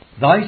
Thy